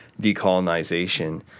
decolonization